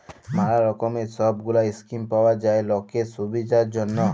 ম্যালা রকমের সব গুলা স্কিম পাওয়া যায় লকের সুবিধার জনহ